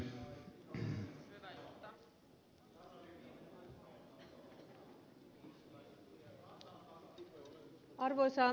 arvoisa puhemies